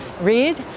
read